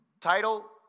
title